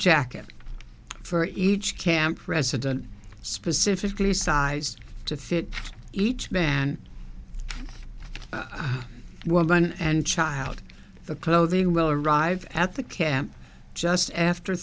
jacket for each camp resident specifically sized to fit each man woman and child the clothing will arrive at the camp just after